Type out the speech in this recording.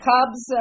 Cubs